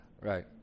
Right